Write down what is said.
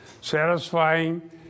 satisfying